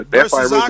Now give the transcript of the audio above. versus